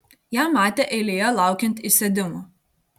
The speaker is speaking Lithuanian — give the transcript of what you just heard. ją matė eilėje laukiant įsėdimo